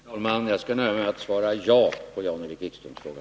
Herr talman! Jag skall nöja mig med att svara ja på Jan-Erik Wikströms fråga.